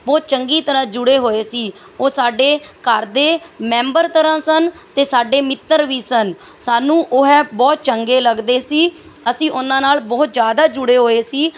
ਬਹੁਤ ਚੰਗੀ ਤਰ੍ਹਾਂ ਜੁੜੇ ਹੋਏ ਸੀ ਉਹ ਸਾਡੇ ਘਰ ਦੇ ਮੈਂਬਰ ਤਰ੍ਹਾਂ ਸਨ ਅਤੇ ਸਾਡੇ ਮਿੱਤਰ ਵੀ ਸਨ ਸਾਨੂੰ ਉਹ ਹੈ ਬਹੁਤ ਚੰਗੇ ਲੱਗਦੇ ਸੀ ਅਸੀਂ ਉਹਨਾਂ ਨਾਲ ਬਹੁਤ ਜ਼ਿਆਦਾ ਜੁੜੇ ਹੋਏ ਸੀ